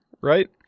right